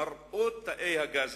מראות תאי הגזים,